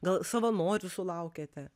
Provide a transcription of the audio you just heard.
gal savanorių sulaukiate